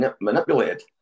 manipulated